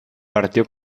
partió